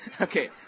Okay